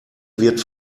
wird